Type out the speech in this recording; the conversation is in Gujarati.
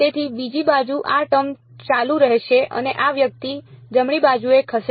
તેથી બીજી બાજુ આ ટર્મ ચાલુ રહેશે અને આ વ્યક્તિ જમણી બાજુએ ખસે છે